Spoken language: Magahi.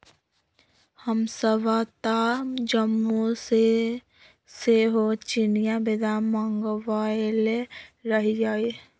हमसभ तऽ जम्मूओ से सेहो चिनियाँ बेदाम मँगवएले रहीयइ